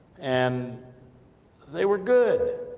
and they were good,